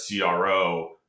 CRO